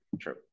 true